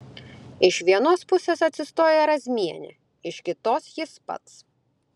iš vienos pusės atsistojo razmienė iš kitos jis pats